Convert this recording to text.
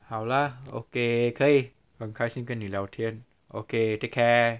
好 lah okay 可以很开心跟你聊天 okay take care